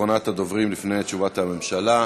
אחרונת הדוברים לפני תשובת הממשלה.